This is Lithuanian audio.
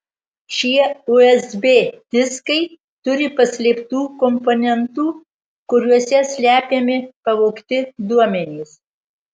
šie usb diskai turi paslėptų komponentų kuriuose slepiami pavogti duomenys